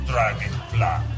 Dragonfly